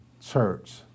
church